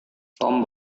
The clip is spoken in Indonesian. tom